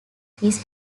his